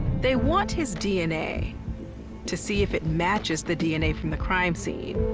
they want his dna to see if it matches the dna from the crime scene.